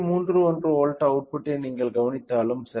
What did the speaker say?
31 volt அவுட்புட்டை நீங்கள் கவனித்தாலும் சரி